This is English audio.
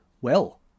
Well